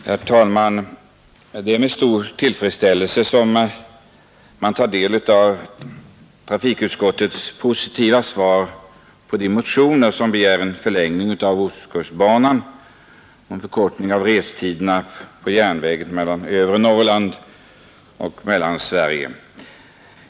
Herr talman! Det är med stor tillfredsställelse som man tar del av trafikutskottets positiva betänkande över de motioner som berör ostkustbanan och en förkortning av restiderna på järnvägen mellan övre Norrland och Mellansverige.